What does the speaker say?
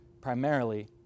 primarily